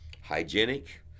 hygienic